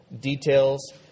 details